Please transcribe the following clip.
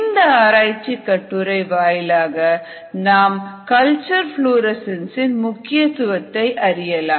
இந்த ஆராய்ச்சிக் கட்டுரை வாயிலாக நாம் கல்ச்சர் புளோரசன்ஸ் இன் முக்கியத்துவம் அறியலாம்